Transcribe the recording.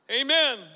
Amen